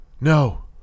No